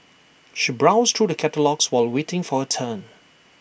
she browsed through the catalogues while waiting for her turn